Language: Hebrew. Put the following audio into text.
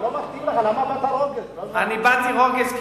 אתה באת רוגז היום, לא מתאים לך.